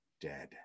dead